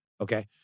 Okay